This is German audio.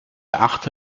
erachte